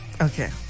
Okay